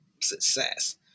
success